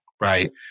Right